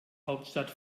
hauptstadt